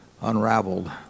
unraveled